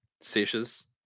sessions